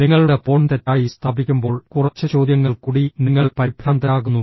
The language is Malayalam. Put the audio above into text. നിങ്ങളുടെ ഫോൺ തെറ്റായി സ്ഥാപിക്കുമ്പോൾ കുറച്ച് ചോദ്യങ്ങൾ കൂടി നിങ്ങൾ പരിഭ്രാന്തരാകുന്നു